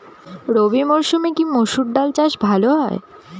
রবি মরসুমে কি মসুর ডাল চাষ ভালো হয়?